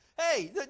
hey